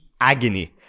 agony